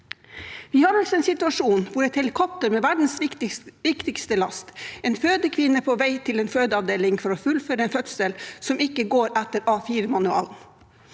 Vi har altså en situasjon hvor et helikopter med verdens viktigste last, en fødekvinne, er på vei til en fødeavdeling for å fullføre en fødsel som ikke går etter A4-manualen